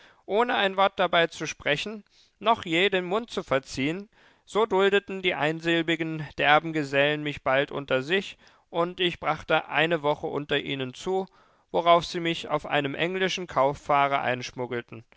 ohne ein wort dabei zu sprechen noch je den mund zu verziehen so duldeten die einsilbigen derben gesellen mich bald unter sich und ich brachte eine woche unter ihnen zu worauf sie mich auf einem englischen kauffahrer einschmuggelten